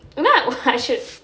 I should